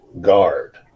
guard